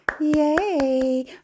Yay